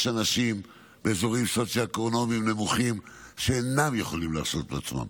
ויש אנשים באזורים סוציו-אקונומיים נמוכים שאינם יכולים להרשות לעצמם.